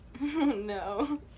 No